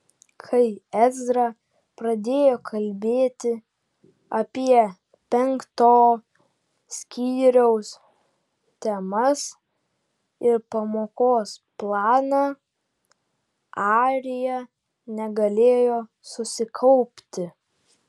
kai ezra pradėjo kalbėti apie penkto skyriaus temas ir pamokos planą arija negalėjo susikaupti